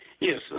Yes